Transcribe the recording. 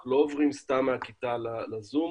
אנחנו לא עוברים סתם מהכיתה לזום,